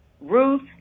Ruth